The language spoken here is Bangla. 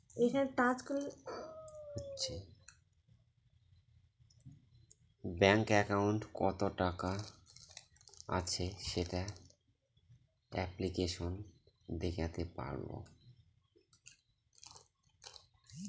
ব্যাঙ্ক একাউন্টে কত টাকা আছে সেটা অ্যাপ্লিকেসনে দেখাতে পাবো